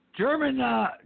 German